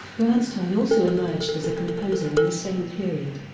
bernstein also emerged as a composer in the same period.